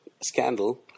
scandal